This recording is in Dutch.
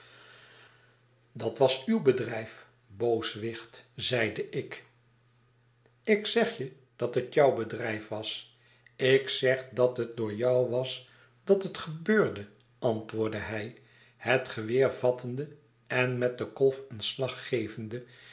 d'at was uw bedrijf booswicht zeide ik ik zeg je dat net jou bedrijf was ik zeg dat het door jou was dat het gebeurde antwoordde hij het geweer vattende en met de kolf een slag gevende